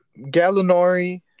Gallinari